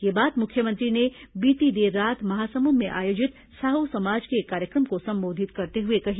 यह बात मुख्यमंत्री ने बीती देर रात महासमुंद में आयोजित साहू समाज के एक कार्यक्रम को संबोधित करते हुए कही